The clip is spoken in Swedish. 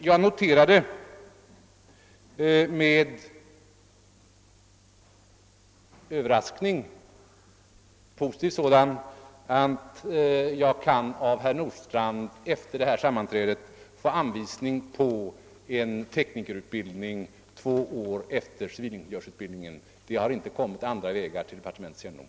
Jag noterade som positiv överraskning att jag av herr Nordstrandh efter detta sammanträde kan få anvisning på en teknikerutbildning två år efter civilingenjörsutbildningen! Detta har inte på andra vägar kommit till departementets kännedom.